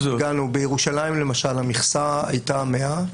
בירושלים, למשל, המכסה היתה 100,